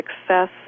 success